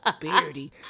beardy